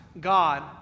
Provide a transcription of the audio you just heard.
God